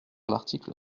l’article